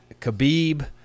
khabib